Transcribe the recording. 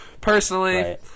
Personally